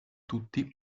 tutti